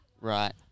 Right